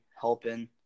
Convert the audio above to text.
helping